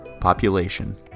population